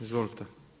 Izvolite.